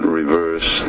reverse